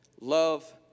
love